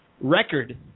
record